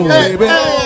baby